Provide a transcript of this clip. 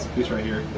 piece right here.